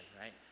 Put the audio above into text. right